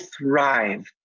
thrive